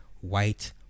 white